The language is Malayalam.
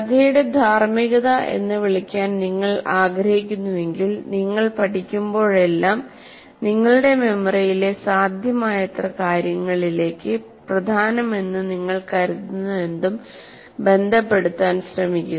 കഥയുടെ ധാർമ്മികത എന്ന് വിളിക്കാൻ നിങ്ങൾ ആഗ്രഹിക്കുന്നുവെങ്കിൽ നിങ്ങൾ പഠിക്കുമ്പോഴെല്ലാം നിങ്ങളുടെ മെമ്മറിയിലെ സാധ്യമായത്ര കാര്യങ്ങളിളിലേക്ക് പ്രധാനമെന്ന് നിങ്ങൾ കരുതുന്നതെന്തും ബന്ധപ്പെടുത്താൻ ശ്രമിക്കുക